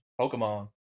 Pokemon